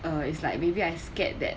uh it's like maybe I scared that